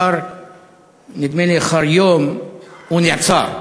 ונדמה לי שלאחר יום הוא נעצר.